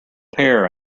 pear